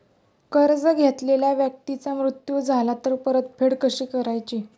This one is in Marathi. कर्ज घेतलेल्या व्यक्तीचा मृत्यू झाला तर परतफेड कशी करायची?